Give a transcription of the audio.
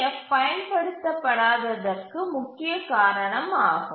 F பயன்படுத்தப்படாததற்கு முக்கிய காரணம் ஆகும்